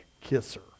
kisser